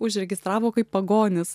užregistravo kaip pagonis